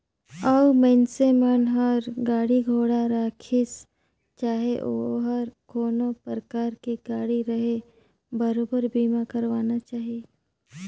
अउ मइनसे मन हर गाड़ी घोड़ा राखिसे चाहे ओहर कोनो परकार के गाड़ी रहें बरोबर बीमा करवाना चाही